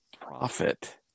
profit